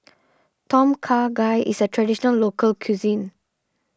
Tom Kha Gai is a Traditional Local Cuisine